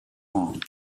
long